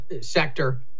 sector